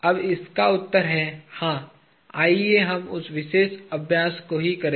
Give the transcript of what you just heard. अब इसका उत्तर है हाँ आइए हम उस विशेष अभ्यास को ही करें